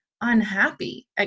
unhappy